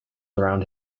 around